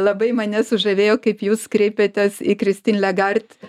labai mane sužavėjo kaip jūs kreipėtės į christine lagarde